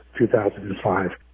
2005